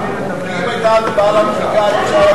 אם היתה הצבעה,